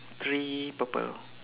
three purple